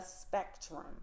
spectrum